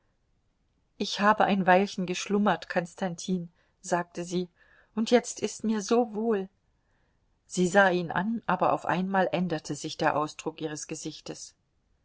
ich habe ein weilchen geschlummert konstantin sagte sie und jetzt ist mir so wohl sie sah ihn an aber auf einmal änderte sich der ausdruck ihres gesichtes